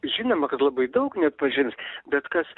žinoma kad labai daug neatpažins bet kas